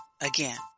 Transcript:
again